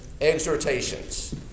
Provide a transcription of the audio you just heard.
exhortations